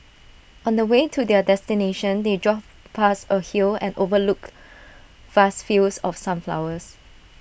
on the way to their destination they drove past A hill that overlooked vast fields of sunflowers